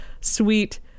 sweet